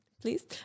Please